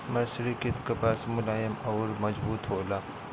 मर्सरीकृत कपास मुलायम अउर मजबूत होला